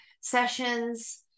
sessions